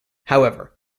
however